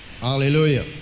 Hallelujah